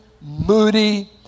moody